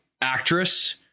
actress